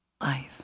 life